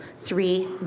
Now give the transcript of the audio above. three